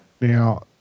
Now